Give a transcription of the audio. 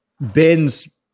Ben's